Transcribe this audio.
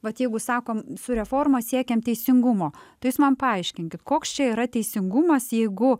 vat jeigu sakom su reforma siekiam teisingumo tai jūs man paaiškinkit koks čia yra teisingumas jeigu